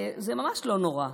זה ממש לא נורא.